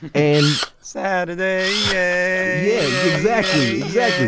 and. saturday yeah, yeah exactly, yeah